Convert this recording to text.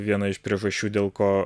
viena iš priežasčių dėl ko